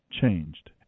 changed